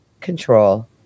control